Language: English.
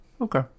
Okay